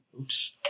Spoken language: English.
oops